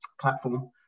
platform